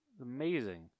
Amazing